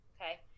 Okay